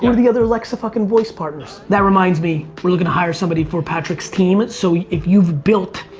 you know the other alexa fuckin' voice partners? that reminds me. we're looking to hire somebody for patrick's team. so if you've built